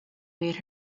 made